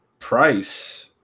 Price